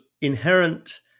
inherent